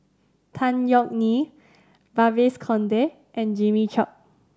Tan Yeok Nee Babes Conde and Jimmy Chok